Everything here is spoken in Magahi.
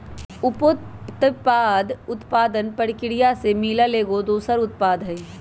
उपोत्पाद उत्पादन परकिरिया से मिलल एगो दोसर उत्पाद हई